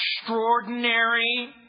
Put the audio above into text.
extraordinary